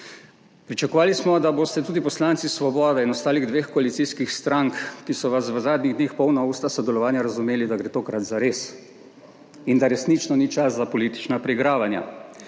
Pričakovali smo, da boste tudi poslanci Svobode in ostalih dveh koalicijskih strank, ki so vas v zadnjih dneh polna usta sodelovanja, razumeli, da gre tokrat zares in da resnično ni čas za politična preigravanja.